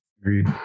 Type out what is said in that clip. Agreed